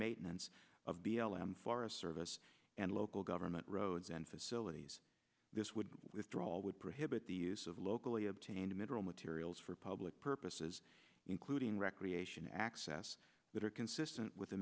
maintenance of b l m forest service and local government roads and facilities this would withdraw would prohibit the use of locally obtained mineral materials for public purposes including recreation access that are consistent with the